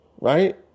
right